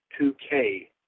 2K